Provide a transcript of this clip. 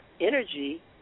energy